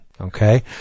Okay